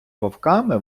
вовками